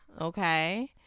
Okay